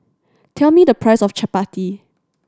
tell me the price of chappati